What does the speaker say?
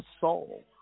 soul